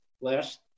last